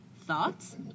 Thoughts